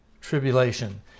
tribulation